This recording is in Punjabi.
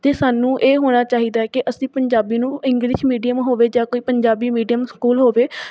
ਅਤੇ ਸਾਨੂੰ ਇਹ ਹੋਣਾ ਚਾਹੀਦਾ ਹੈ ਕਿ ਅਸੀਂ ਪੰਜਾਬੀ ਨੂੰ ਇੰਗਲਿਸ਼ ਮੀਡੀਅਮ ਹੋਵੇ ਜਾਂ ਕੋਈ ਪੰਜਾਬੀ ਮੀਡੀਅਮ ਸਕੂਲ ਹੋਵੇ